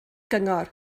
gyngor